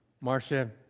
Marcia